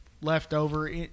leftover